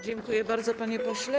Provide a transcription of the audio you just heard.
Dziękuję bardzo, panie pośle.